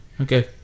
Okay